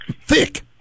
thick